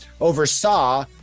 oversaw